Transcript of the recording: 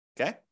Okay